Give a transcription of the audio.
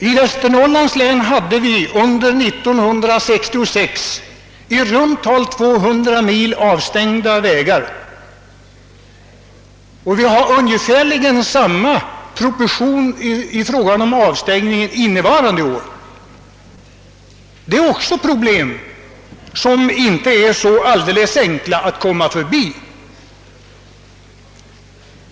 I Västernorrlands län hade vi under 1966 i runt tal 200 mil avstängda vägar, och vi har ungefär samma proportion i fråga om avstängningar under innevarande år. Det är också problem som inte är så enkla att komma förbi.